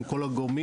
מול כל הגורמים,